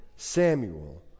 samuel